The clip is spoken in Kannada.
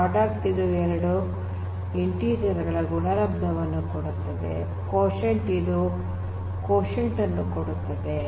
product 20 x 5 ಇದು ಗುಣಲಬ್ಧ 100 ನ್ನು ಕೊಡುತ್ತದೆ ಕೋಷಂಟ್ 100 10 ಇದು 10 ಕೋಷಂಟ್ ಅನ್ನು ಕೊಡುತ್ತದೆ